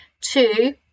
Two